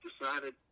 decided